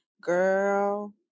Girl